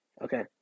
Okay